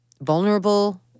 vulnerable